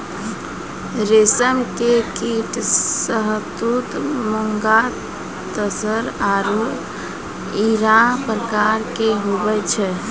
रेशम के कीट शहतूत मूंगा तसर आरु इरा प्रकार के हुवै छै